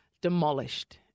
demolished